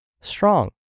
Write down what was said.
strong